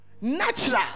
natural